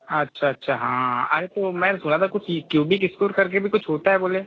अच्छा अच्छा हाँ अरे तो मैं सुना था कुछ क्यूबिक स्कोर कर के कुछ होता है बोले